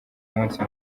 munsi